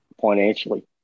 financially